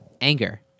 anger